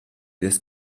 this